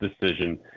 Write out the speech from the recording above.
decision